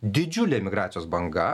didžiulė emigracijos banga